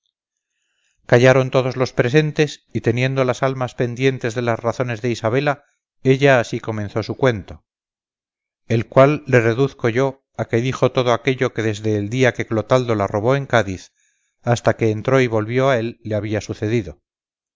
callaron todos los presentes y teniendo las almas pendientes de las razones de isabela ella así comenzó su cuento el cual le reduzco yo a que dijo todo aquello que desde el día que clotaldo la robó en cádiz hasta que entró y volvió a él le había sucedido